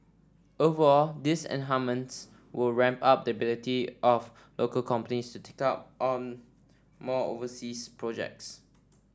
overall these will ramp up the ability of local companies to take on more overseas projects